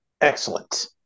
Excellent